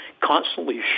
constantly